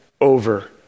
over